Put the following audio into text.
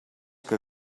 que